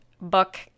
book